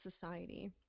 society